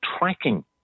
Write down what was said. tracking